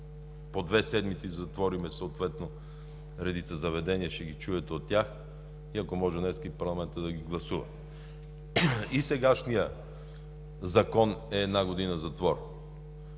за две седмици да затворим съответно редица заведения – ще ги чуете от тях, и ако може, днес и парламентът да ги гласува. И в сегашния закон е една година затвор,